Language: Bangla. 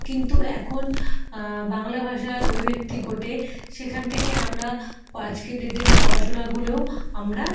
কিন্তু এখন বাংলা ভাষার অভিব্যক্তি ঘটে সেখান থেকে আমরা আজকের ডেটে পড়াশোনাগুলোও আমরা